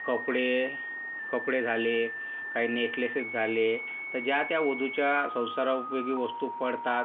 कपडे झाले काही नेकलेसेस झाले तर ज्या त्या वधूच्या संसारास उपयोगी वस्तू पडतात